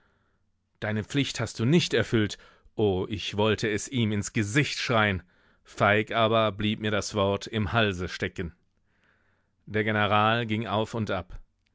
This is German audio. deine pflicht hast du nicht erfüllt o ich wollte es ihm ins gesicht schreien feig aber blieb mir das wort im halse stecken der general ging auf und ab